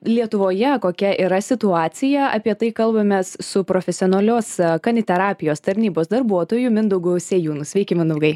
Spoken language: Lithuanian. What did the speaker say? lietuvoje kokia yra situacija apie tai kalbamės su profesionalios kaniterapijos tarnybos darbuotoju mindaugu sėjūnu sveiki mindaugai